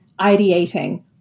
ideating